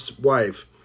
wife